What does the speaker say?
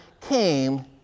came